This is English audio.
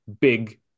big